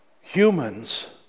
humans